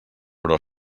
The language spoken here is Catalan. però